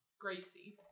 Gracie